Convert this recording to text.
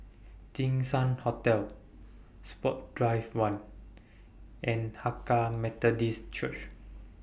Jinshan Hotel Sports Drive one and Hakka Methodist Church